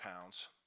pounds